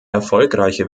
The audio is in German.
erfolgreiche